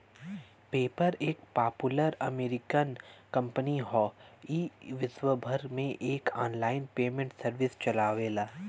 PayPal एक popular American company हौ ई विश्वभर में एक आनलाइन पेमेंट सर्विस चलावेला